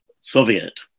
Soviet